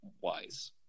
wise